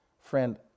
Friend